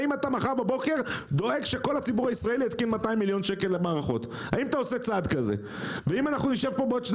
האם אתה מחר בבוקר דואג שכל הציבור יתקין מערכות ב-200 מיליון שקל?